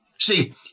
See